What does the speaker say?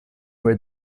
where